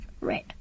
Red